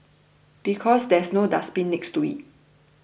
because there's no dustbin next to it